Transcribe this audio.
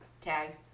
tag